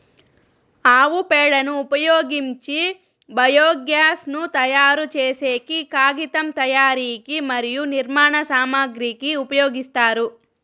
ఆవు పేడను ఉపయోగించి బయోగ్యాస్ ను తయారు చేసేకి, కాగితం తయారీకి మరియు నిర్మాణ సామాగ్రి కి ఉపయోగిస్తారు